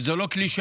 זו לא קלישאה,